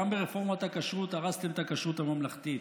גם ברפורמת הכשרות הרסתם את הכשרות הממלכתית,